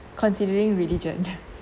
considering religion